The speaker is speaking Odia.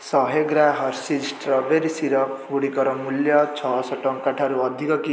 ଶହେ ଗ୍ରା ହରର୍ସିଜ ଷ୍ଟ୍ରବେରି ସିରପ୍ ଗୁଡ଼ିକର ମୂଲ୍ୟ ଛଅଶହ ଟଙ୍କା ଠାରୁ ଅଧିକ କି